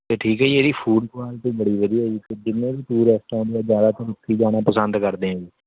ਇਹ ਠੀਕ ਹੈ ਜੀ ਇਹਦੀ ਫੂਡ ਕੁਆਲੀਟੀ ਬੜੀ ਵਧੀਆ ਹੈ ਜੀ ਅਤੇ ਜਿੰਨੇ ਵੀ ਫੂਡ ਰੈਸਟੋਰੈਂਟ ਹੈ ਜ਼ਿਆਦਾਤਰ ਉੱਥੇ ਜਾਣਾ ਪਸੰਦ ਕਰਦੇ ਹਾਂ ਜੀ